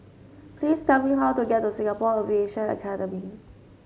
please tell me how to get to Singapore Aviation Academy